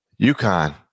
UConn